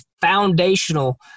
foundational